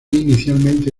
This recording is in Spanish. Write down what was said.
inicialmente